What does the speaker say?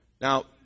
Now